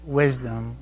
wisdom